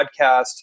podcast